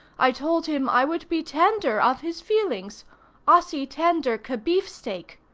i told him i would be tender of his feelings ossi tender que beefsteak.